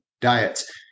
diets